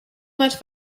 much